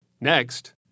Next